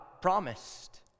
promised